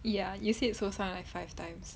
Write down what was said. ya you said 受伤 like five times